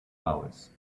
hours